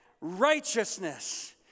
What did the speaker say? righteousness